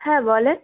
হ্যাঁ বলে